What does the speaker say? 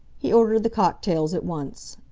he ordered the cocktails at once.